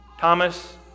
Thomas